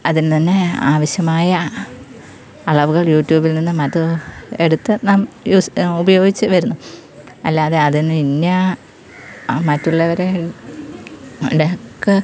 അതിൻ്റെ തന്നെ ആവശ്യമായ അളവുകൾ യൂറ്റൂബിൽ നിന്ന് മറ്റോ എടുത്ത് നാം യൂസ് ഉപയോഗിച്ച് വരുന്ന അല്ലാതെ അതിൽ നിന്ന് ഇന്ന മറ്റുള്ളവരുകളുടെ ഒക്കെ